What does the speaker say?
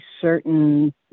certain